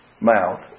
mouth